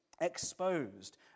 Exposed